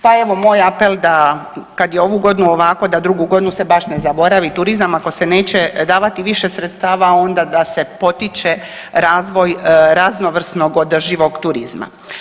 Pa evo moj apel da kad je ovu godinu ovako da drugu godinu se baš ne zaboravi turizam, ako se neće davati više sredstava onda da se potiče razvoj raznovrsnog održivog turizma.